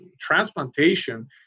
transplantation